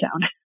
down